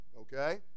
Okay